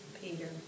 Peter